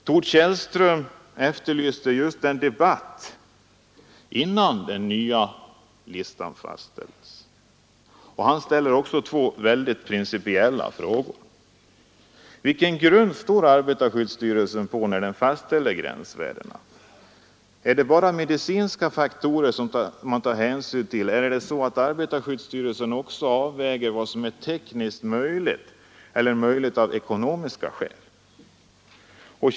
Tord Kjellström efterlyser just en debatt innan den nya listan fastställs, och han ställer också två viktiga principiella frågor: Vilken grund står arbetarskyddsstyrelsen på när den fastställer gränsvärdena? Är det bara medicinska faktorer man tar hänsyn till, eller avväger arbetarskyddsstyrelsen också vad som är tekniskt möjligt eller möjligt av ekonomiska skäl?